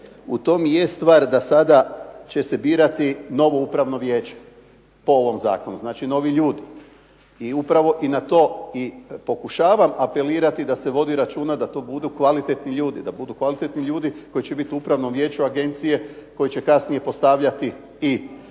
u tom i je stvar da sada će se birati novo upravno vijeće po ovom zakonu, znači novi ljudi. I upravo i na to pokušavam apelirati da se vodi računa da to budu kvalitetni ljudi koji će biti u upravnom vijeću agencije koji će kasnije postavljati i ljude